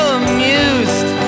amused